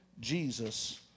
Jesus